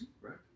right